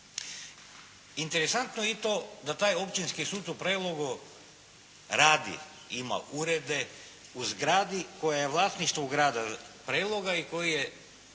Interesantno je i to da taj Općinski sud u Prelogu radi, ima urede u zgradi koja je u vlasništvu Grada Preloga i koji je